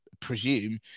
presume